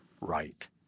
right